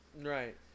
Right